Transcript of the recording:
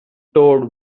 toad